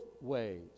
ways